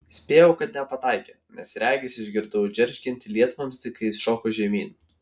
spėjau kad nepataikė nes regis išgirdau džeržgiantį lietvamzdį kai jis šoko žemyn